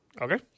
okay